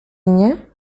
nie